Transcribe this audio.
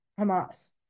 Hamas